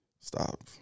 Stop